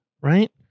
right